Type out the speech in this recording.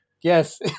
Yes